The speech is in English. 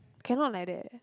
cannot like that